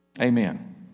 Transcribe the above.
Amen